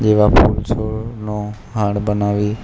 જેવા ફૂલ છોડનો હાર બનાવી